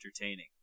entertaining